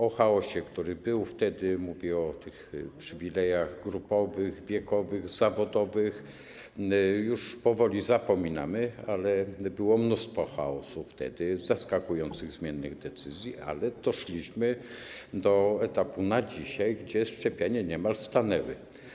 O chaosie, który był wtedy - mówię o przywilejach grupowych, wiekowych, zawodowych - już powoli zapominamy, ale było mnóstwo chaosu wtedy, zaskakujących zmiennych decyzji, jednak doszliśmy do obecnego etapu, gdy szczepienia niemal stanęły.